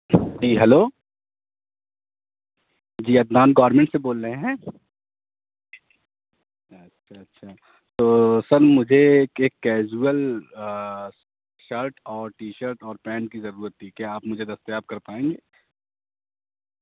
جی hello جی Adnan government سے بول رہے ہیں اچھا اچھا تو سر مجھے ایک ایک کیژول شرٹ اور ٹی شرٹ اور پینٹ کی ضرورت تھی کیا آپ مجھے دستیاب کر پائیں گے